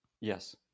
Yes